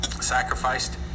sacrificed